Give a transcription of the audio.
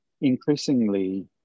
Increasingly